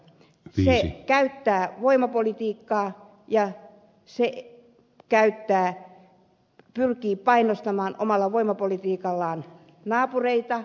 se käyttää voimapolitiikkaa ja pyrkii painostamaan omalla voimapolitiikallaan naapureita